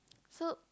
so